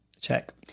Check